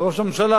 וראש הממשלה,